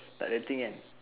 takde thing kan